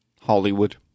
Hollywood